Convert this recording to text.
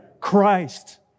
Christ